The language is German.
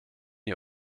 ihr